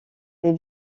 les